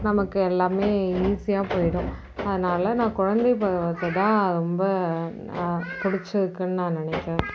நமக்கு எல்லாமே ஈஸியாக போய்விடும் அதனால நான் குழந்தை பருவத்தை தான் ரொம்ப பிடிச்சி இருக்கும்னு நான் நினைக்கிறேன்